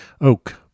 oak